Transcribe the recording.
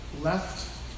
left